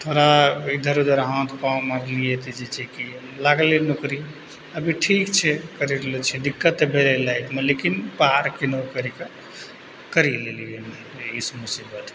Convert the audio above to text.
थोड़ा इधर उधर हाथ पाँव मारलिए तऽ जे छै कि लागलै नौकरी अभी ठीक छै करि रहलऽ छिए दिक्कत तऽ भेलै लाइफमे लेकिन पार किनहो करिकऽ करी लेलिए इस मुसीबतके